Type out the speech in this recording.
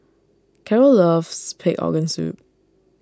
Carroll loves Pig Organ Soup